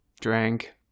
drank